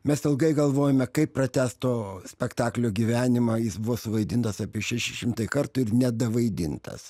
mes ilgai galvojome kaip pratęst to spektaklio gyvenimą jis buvo suvaidintas apie šešis šimtai kartų ir nedavaidintas